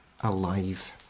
alive